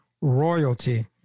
royalty